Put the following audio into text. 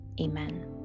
amen